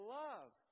love